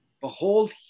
behold